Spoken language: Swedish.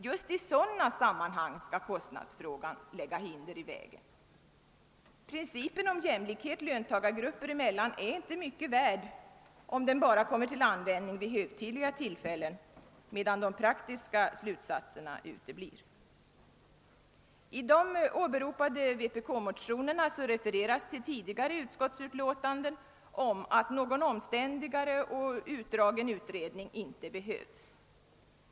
Just i sådana sammanhang skall kostnaderna lägga hinder i vägen! Principen om jämlikhet löntagargrupperna emellan är inte mycket värd om den bara kommer i tillämpning vid hög tidliga tillfällen men de praktiska slutsatserna uteblir. I de åberopade vpk-motionerna refereras till tidigare utskottsutlåtanden om att någon omständlig och utdragen utredning inte behövs.